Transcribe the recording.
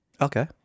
Okay